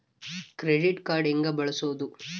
Credit card ಹೆಂಗ ಬಳಸೋದು?